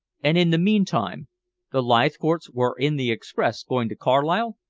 and in the meantime the leithcourts were in the express going to carlisle?